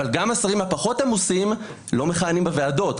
אבל גם השרים הפחות עמוסים לא מכהנים בוועדות,